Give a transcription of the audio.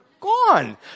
gone